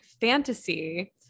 fantasy